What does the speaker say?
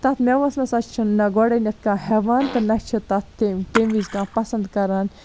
تتھ میوس نہ سا چھُنہٕ نہ گۄڈٕنیٚتھ کانٛہہ ہیٚوان تہِ نہ چھِ تتھ تٔمۍ تمہِ وِز کانٛہہ پَسنٛد کران